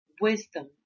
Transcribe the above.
wisdom